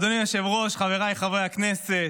אדוני היושב-ראש, חבריי חברי הכנסת,